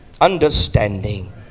understanding